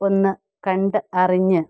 ഒന്ന് കണ്ട് അറിഞ്ഞു